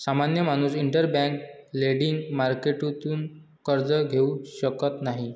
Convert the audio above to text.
सामान्य माणूस interbank lending मार्केटतून कर्ज घेऊ शकत नाही